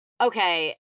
Okay